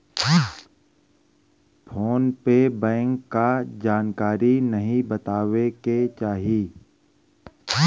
phone पे bank क जानकारी नाहीं बतावे के चाही